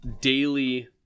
daily